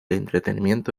entretenimiento